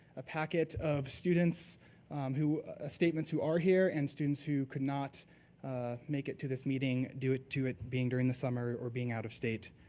a packet of students who statements who are here, and students who could not make it to this meeting due to it being during the summer or being out of state.